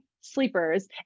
sleepers